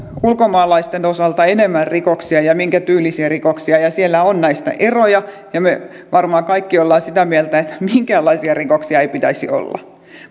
ulkomaalaisten osalta enemmän rikoksia ja minkä tyylisiä rikoksia tässä on eroja ja me varmaan kaikki olemme sitä mieltä että minkäänlaisia rikoksia ei pitäisi olla